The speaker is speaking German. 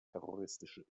terroristische